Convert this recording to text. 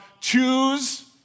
choose